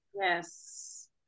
yes